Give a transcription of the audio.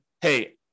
hey